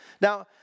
Now